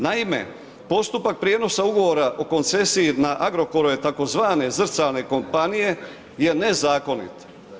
Naime, postupak prijenosa ugovora o koncesiji na Agrokorom, tzv. zrcalne kompanije, je nezakonit.